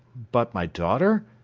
but my daughter?